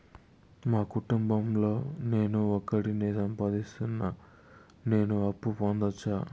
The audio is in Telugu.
మా కుటుంబం లో నేను ఒకడినే సంపాదిస్తున్నా నేను అప్పు పొందొచ్చా